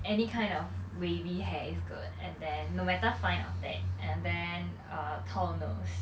any kind of wavy hair is good and then no matter fine or thick and then err tall nose